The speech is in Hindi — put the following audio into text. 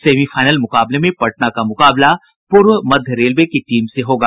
सेमीफाइनल मुकाबले में पटना का मुकाबला पूर्व मध्य रेलवे की टीम से होगा